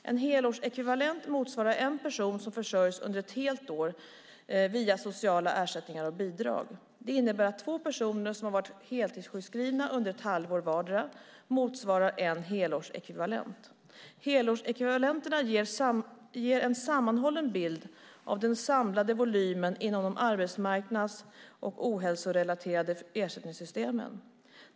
En helårsekvivalent motsvarar en person som försörjs under ett helt år via sociala ersättningar och bidrag. Det innebär att två personer som varit heltidssjukskrivna under ett halvår vardera motsvarar en helårsekvivalent. Helårsekvivalenterna ger en sammanhållen bild av den samlade volymen inom de arbetsmarknads och ohälsorelaterade ersättningssystemen.